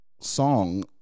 song